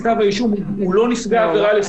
-- אנחנו מתנהלים מול נפגעי עבירה שנכנסו לכתב האישום.